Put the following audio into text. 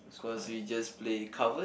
cause we just play covers